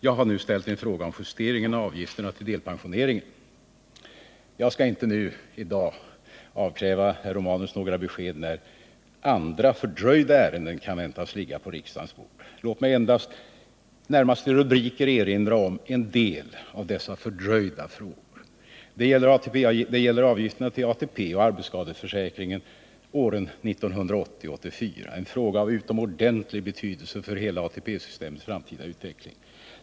Jag har ställt en fråga om justeringen av avgifterna till delpensionsförsäkringen. Jag skall inte nu avkräva herr Romanus några besked om när andra fördröjda ärenden kan väntas ligga på riksdagens bord. Låt mig endast, närmast i rubriker, erinra om en del av dessa fördröjda frågor. Det gäller avgifterna till ATP och arbetsskadeförsäkringen åren 1980-1984 - en fråga av utomordentlig betydelse för hela ATP-systemets framtida utveckling.